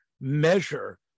measure